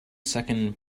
second